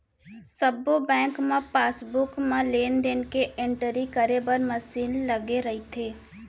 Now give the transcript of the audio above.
सब्बो बेंक म पासबुक म लेन देन के एंटरी करे बर मसीन लगे रइथे